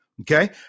Okay